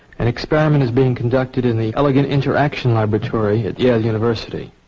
an experiment is being conducted in the elegant interaction laboratory at yale university.